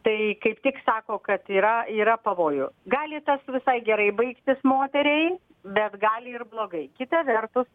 tai kaip tik sako kad yra yra pavojų gali tas visai gerai baigtis moteriai bet gali ir blogai kita vertus